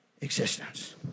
existence